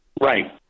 Right